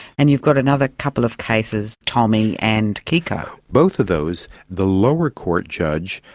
and you've got another couple of cases, tommy and kiko. both of those, the lower court judge,